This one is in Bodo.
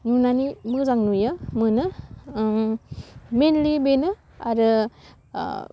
नुनानै मोजां नुयो मोनो मेनलि बेनो आरो